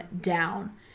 down